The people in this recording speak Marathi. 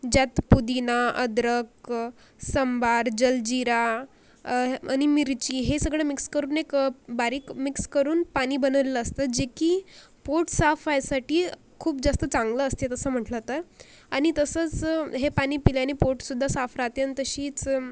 ज्यात पुदिना अद्रक सांबार जलजीरा आणि मिरची हे सगळं मिक्स करून एक बारीक मिक्स करून पाणी बनवलेलं असतं जे की पोट साफ व्हायसाठी खूप जास्त चांगलं असते तसं म्हटलं तर आणि तसंच हे पाणी पिल्याने पोटसुद्धा साफ राहाते आणि तशीच